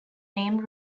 name